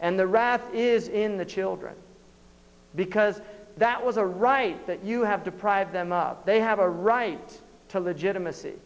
and the wrath is in the children because that was a right that you have deprived them of they have a right to legitimacy